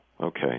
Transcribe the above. okay